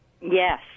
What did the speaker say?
Yes